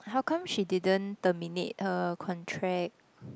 how come she didn't terminate her contract